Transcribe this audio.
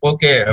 Okay